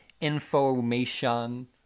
information